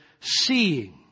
seeing